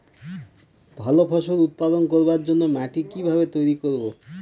ভালো ফসল উৎপাদন করবার জন্য মাটি কি ভাবে তৈরী করব?